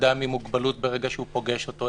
אדם עם מוגבלות ברגע שהוא פוגש אותו,